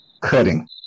Cutting